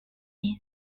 day